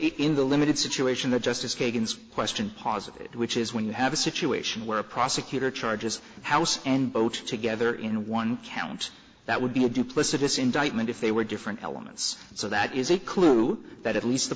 in the limited situation that justice kagan's question posited which is when you have a situation where a prosecutor charges house and vote together in one count that would be a duplicitous indictment if they were different elements so that is a clue that at least the